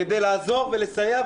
-- כדי לעזור ולסייע,